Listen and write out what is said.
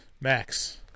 Max